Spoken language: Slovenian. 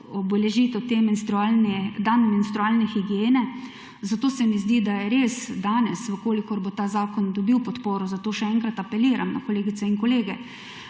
obeležitev dan menstrualne higiene, zato se mi zdi, da res danes v kolikor bo ta zakon dobil podporo, zato še enkrat apeliram na kolegice in kolege,